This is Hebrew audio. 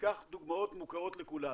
תיקח דוגמאות מוכרות לכולנו.